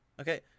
Okay